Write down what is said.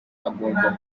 agomba